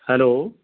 hello